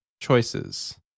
choices